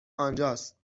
آنجاست